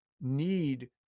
need